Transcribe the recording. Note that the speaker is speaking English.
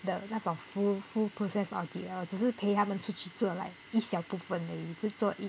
the 那种 full full process audit lor 只是陪他们出去做 like 一小部分而已就做